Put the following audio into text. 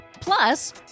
Plus